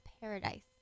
paradise